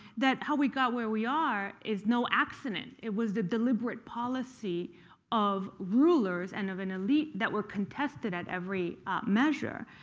how we got where we are is no accident. it was the deliberate policy of rulers and of an elite that were contested at every measure.